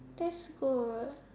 test go